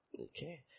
Okay